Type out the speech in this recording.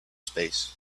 space